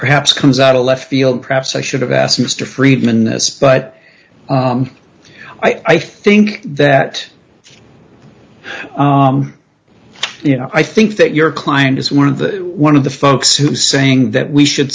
perhaps comes out of left field perhaps i should have asked mr friedman this but i think that you know i think that your client is one of the one of the folks who saying that we should